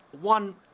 one